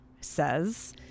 says